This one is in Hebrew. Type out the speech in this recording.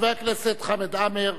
חבר הכנסת חמד עמאר,